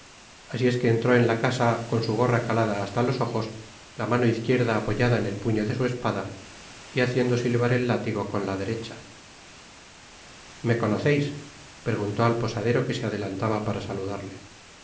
así es que entró en la casa con su gorra calada hasta los ojos la mano izquierda apoyada en el puño de su espada y haciendo siivar el látigo con la derecha me conoceis preguntó al posadero que se adelantaba para saludarle